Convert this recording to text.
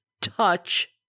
touch